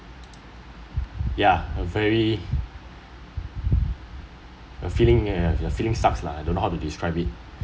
ya a very a feeling uh feeling sucks lah I don't know how to describe it